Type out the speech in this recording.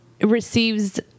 receives